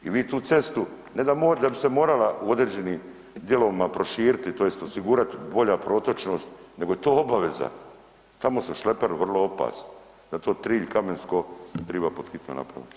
I vi tu cestu ne da bi se morala u određenim dijelovima proširiti tj. osigurati bolja protočnost nego je to obaveza, tamo su šleperi vrlo opasni zato Trilj – Kamensko triba pod hitno napraviti.